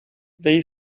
they